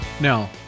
Now